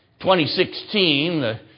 2016